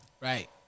Right